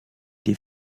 des